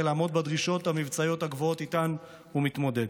לעמוד בדרישות המבצעיות הגבוהות שאיתן הוא מתמודד.